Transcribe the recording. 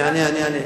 אני אענה.